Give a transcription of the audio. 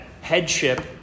headship